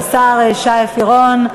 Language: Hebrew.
השר שי פירון,